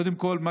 קודם כול,